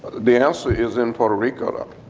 the answer is in puerto rico though.